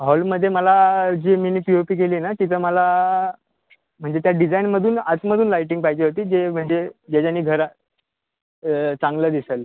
हॉलमध्ये मला जी मी पी ओ पी केली आहे ना तिथं मला म्हणजे त्या डिजाइनमधून आतमधून लाइटिंग पाहिजे होती जे म्हणजे ज्याच्याने घरा चांगलं दिसेल